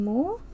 More